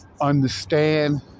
understand